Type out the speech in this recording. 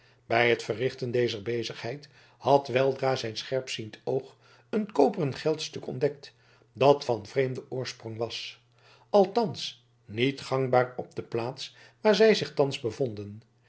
bij het verrichten dezer bezigheid had weldra zijn scherpziend oog een koperen geldstuk ontdekt dat van vreemden oorsprong was althans niet gangbaar op de plaats waar zij zich thans bevonden